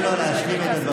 מי שהגיע לוועדה הזו,